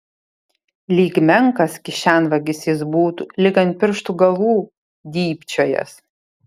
lyg menkas kišenvagis jis būtų lyg ant pirštų galų dybčiojąs